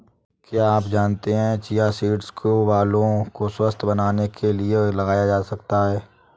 क्या आप जानते है चिया सीड्स को बालों को स्वस्थ्य बनाने के लिए लगाया जा सकता है?